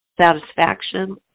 satisfaction